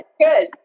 good